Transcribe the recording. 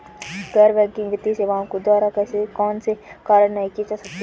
गैर बैंकिंग वित्तीय सेवाओं द्वारा कौनसे कार्य नहीं किए जा सकते हैं?